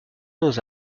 nos